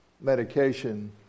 medication